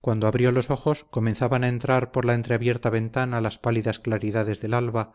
cuando abrió los ojos comenzaban a entrar por la entreabierta ventana las pálidas claridades del alba